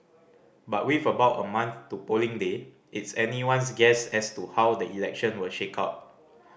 but with about a month to polling day it's anyone's guess as to how the election will shake out